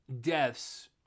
deaths